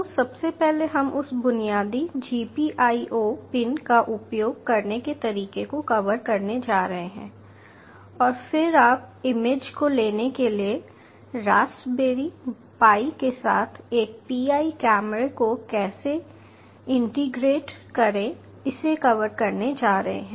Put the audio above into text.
तो सबसे पहले हम उस बुनियादी GPIO पिन का उपयोग करने के तरीके को कवर करने जा रहे हैं और फिर आप इमेज को लेने के लिए रास्पबेरी पाई के साथ एक pi कैमरा को कैसे इंटीग्रेट करें इसे कवर करने जा रहे हैं